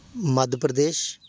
Madhya Pradesh